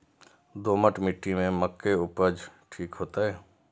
दोमट मिट्टी में मक्के उपज ठीक होते?